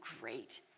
great